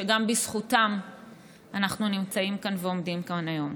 שגם בזכותם אנחנו נמצאים כאן ועומדים כאן היום.